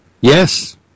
Yes